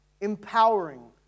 empowering